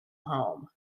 home